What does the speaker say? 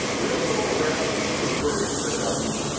we don't go around subverting the government.